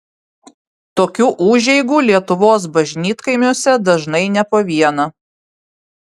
tokių užeigų lietuvos bažnytkaimiuose dažnai ne po vieną